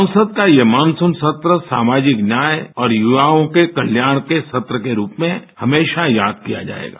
संसद का ये मानसून सत्र सामाजिक न्याय और युवाओं के कल्याण के सत्र के रूप में हमेशा याद किया जाएगा